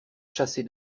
chasser